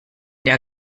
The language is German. der